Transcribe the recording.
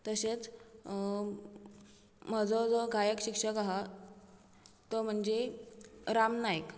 तशेंच म्हजो जो गायक शिक्षक आहा तो म्हणजे राम नायक